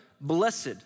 Blessed